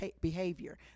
behavior